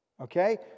Okay